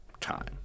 time